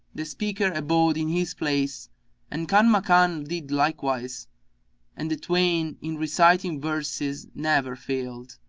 the speaker abode in his place and kanmakan did likewise and the twain in reciting verses never failed,